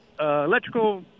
electrical